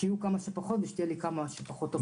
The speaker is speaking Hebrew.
שיהיו כמה שפחות ושתהיה לי כמה שפחות עבודה.